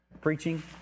Preaching